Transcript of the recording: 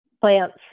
plants